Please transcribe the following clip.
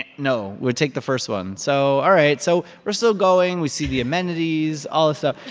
and no. we'll take the first one. so all right. so we're still going. we see the amenities, all this ah